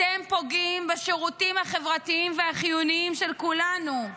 אתם פוגעים בשירותים החברתיים והחיוניים של כולנו.